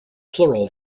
plural